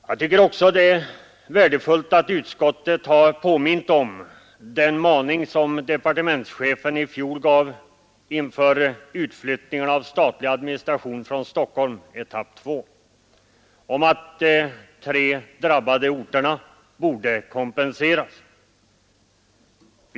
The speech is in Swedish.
Jag tycker också det är värdefullt att utskottet har påmint om den maning som departementschefen i fjol gav inför utflyttningarna av statlig administration från Stockholm, etapp 2, om att de tre drabbade orterna borde kompenseras.